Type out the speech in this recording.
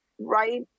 right